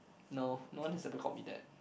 no no one has ever called me that